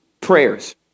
prayers